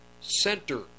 center